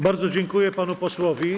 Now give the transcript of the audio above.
Bardzo dziękuję panu posłowi.